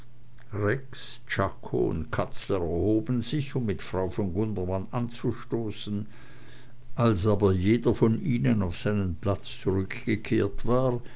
katzler erhoben sich um mit frau von gundermann anzustoßen als aber jeder von ihnen auf seinen platz zurückgekehrt war